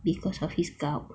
because of his gout